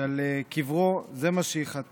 שעל קברו זה מה שייכתב: